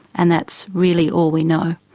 and that's really all we know.